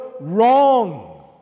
wrong